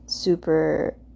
super